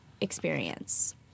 experience